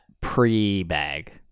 pre-bag